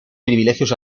privilegios